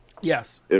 yes